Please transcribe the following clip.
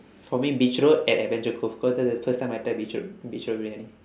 for me beach road at adventure cove cause that's the first time I tried beach road beach road briyani